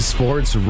Sports